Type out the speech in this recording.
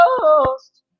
ghost